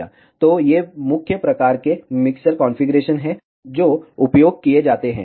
तो ये मुख्य प्रकार के मिक्सर कॉन्फ़िगरेशन हैं जो उपयोग किए जाते हैं